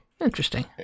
Interesting